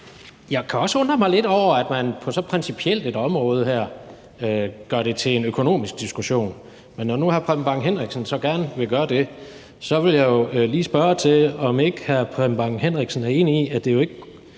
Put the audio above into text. Jeg kan også undre mig lidt over, at man på så principielt et område her gør det til en økonomisk diskussion. Men når nu hr. Preben Bang Henriksen så gerne vil gøre det, vil jeg jo lige spørge til, om ikke hr. Preben Bang Henriksen er enig i, at det ikke